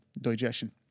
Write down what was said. digestion